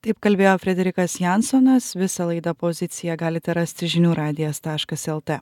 taip kalbėjo frederikas jansonas visą laidą pozicija galite rasti žinių radijas taškas lt